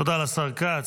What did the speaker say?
תודה לשר כץ.